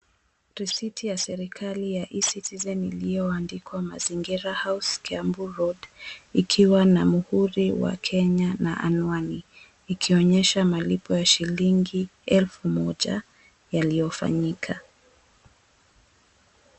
Risiti ya serikali ya E-citizen iliyoandikwa Mazingira House kiambu Road, ikiwa na muhuri wa Kenya na anwani. Ikionyesha malipo ya shilingi elfu moja yaliyofanyika.